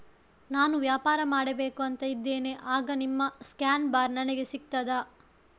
ನಾನು ವ್ಯಾಪಾರ ಮಾಡಬೇಕು ಅಂತ ಇದ್ದೇನೆ, ಆಗ ನಿಮ್ಮ ಸ್ಕ್ಯಾನ್ ಬಾರ್ ನನಗೆ ಸಿಗ್ತದಾ?